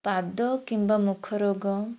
ପାଦ କିମ୍ବା ମୁଖ ରୋଗ